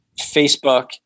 Facebook